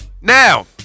Now